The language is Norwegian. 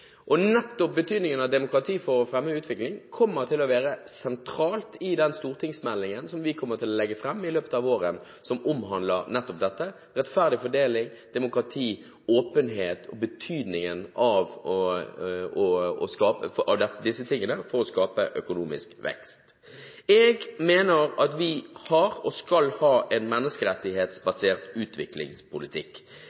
Nettopp betydningen av demokrati for å fremme utvikling kommer til å være sentralt i den stortingsmeldingen som vi kommer til å legge fram i løpet av våren, som omhandler nettopp dette: rettferdig fordeling, demokrati, åpenhet og betydningen av disse for å skape økonomisk vekst. Jeg mener at vi har og skal ha en